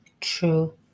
true